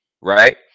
right